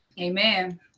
Amen